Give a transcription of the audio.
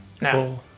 Now